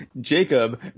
Jacob